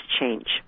change